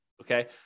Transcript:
okay